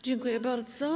Dziękuję bardzo.